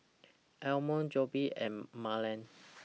Ammon Jobe and Marland